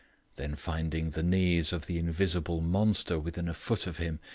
then finding the knees of the invisible monster within a foot of him,